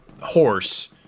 horse